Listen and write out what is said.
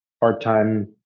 part-time